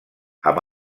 amb